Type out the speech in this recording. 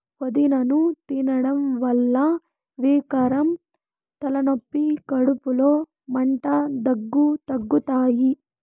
పూదినను తినడం వల్ల వికారం, తలనొప్పి, కడుపులో మంట, దగ్గు తగ్గుతాయి